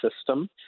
system